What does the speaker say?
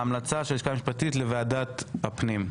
ההמלצה של הלשכה המשפטית היא לוועדת הפנים,